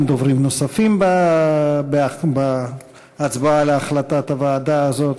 אין דוברים נוספים בהצבעה על החלטת הוועדה הזאת.